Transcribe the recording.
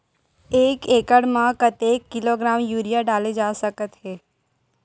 एक एकड़ म कतेक किलोग्राम यूरिया डाले जा सकत हे?